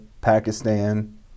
Pakistan